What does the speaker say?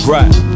Right